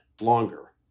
longer